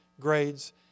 grades